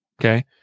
Okay